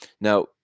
Now